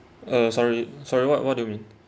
uh sorry sorry what what do you mean